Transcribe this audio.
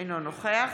אינו נוכח